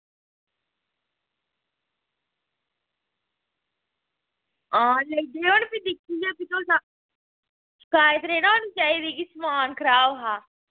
आं मैहंगी होग ना तुस दिक्खियै शकैत नना होनी चाहिदी की समेआन खराब हा